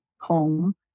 home